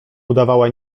udawała